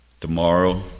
Tomorrow